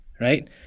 right